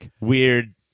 weird